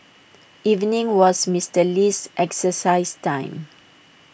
evening was Mister Lee's exercise time